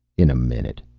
in a minute.